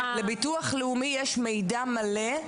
לביטוח לאומי יש מידע מלא.